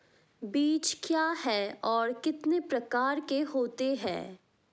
बीज क्या है और कितने प्रकार के होते हैं?